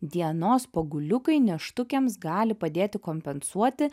dienos poguliukai nėštukėms gali padėti kompensuoti